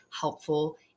helpful